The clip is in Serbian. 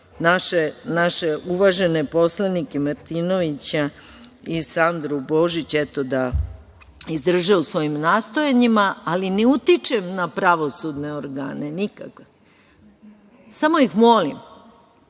naše uvažene poslanike Martinovića i Sandru Božić da izdrže u svojim nastojanjima, ali ne utičem na pravosudne organe nikako. Samo ih molim